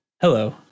Hello